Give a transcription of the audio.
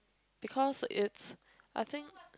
because it's I think